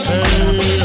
Hey